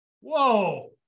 Whoa